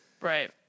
Right